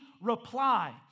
reply